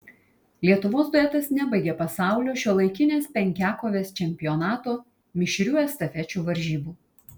lietuvos duetas nebaigė pasaulio šiuolaikinės penkiakovės čempionato mišrių estafečių varžybų